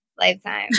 lifetime